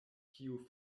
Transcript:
kiu